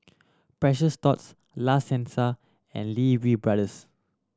Precious Thots La Senza and Lee Wee Brothers